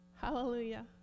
hallelujah